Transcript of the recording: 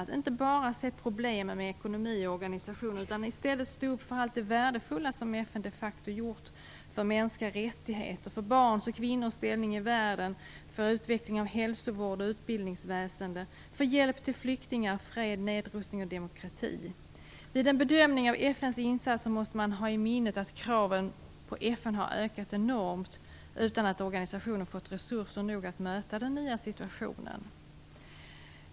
Att inte enbart se problemen med ekonomi och organisation utan i stället stå upp för allt det värdefulla som FN de facto gjort för mänskliga rättigheter, för barns och kvinnors ställning i världen, för utveckling av hälsovård och utbildningsväsende, för hjälp till flyktingar, för fred, nedrustning och demokrati. Vid en bedömning av FN:s insatser måste man ha i minnet att kraven på FN ökat enormt utan att organisationen fått resurser nog att möta den nya situationen.